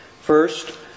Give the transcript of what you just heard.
First